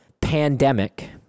pandemic